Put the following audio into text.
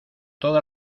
toda